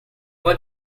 what